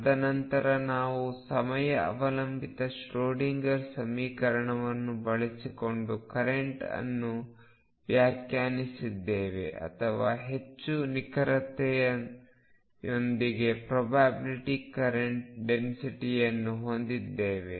ತದನಂತರ ನಾವು ಸಮಯ ಅವಲಂಬಿತ ಶ್ರೊಡಿಂಗರ್ ಸಮೀಕರಣವನ್ನು ಬಳಸಿಕೊಂಡು ಕರೆಂಟ್ ಅನ್ನು ವ್ಯಾಖ್ಯಾನಿಸಿದ್ದೇವೆ ಅಥವಾ ಹೆಚ್ಚು ನಿಖರವಾದ ಪ್ರೊಬ್ಯಾಬಿಲ್ಟಿ ಕರೆಂಟ್ ಡೆನ್ಸಿಟಿಯನ್ನು ಹೊಂದಿದ್ದೇವೆ